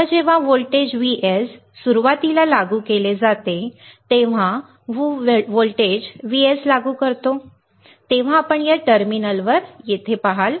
आता जेव्हा voltage Vs सुरुवातीला लागू केले जाते जेव्हा आम्ही व्होल्टेज Vs लागू करतो तेव्हा आपण या टर्मिनलवर येथे पहाल